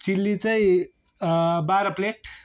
chilli चैँ बाह्र plate